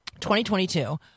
2022